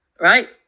right